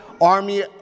army